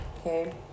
okay